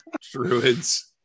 Druids